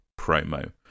promo